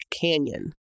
Canyon